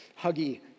huggy